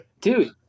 Dude